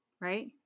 right